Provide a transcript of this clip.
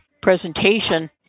presentation